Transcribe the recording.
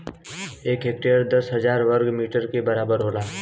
एक हेक्टेयर दस हजार वर्ग मीटर के बराबर होला